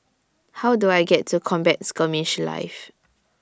How Do I get to Combat Skirmish Live